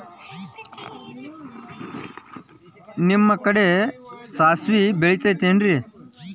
ನಿಮ್ಮ ಕಡೆ ಸಾಸ್ವಿ ಬೆಳಿತಿರೆನ್ರಿ?